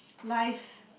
life